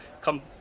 come